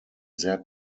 sehr